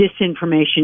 disinformation